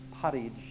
pottage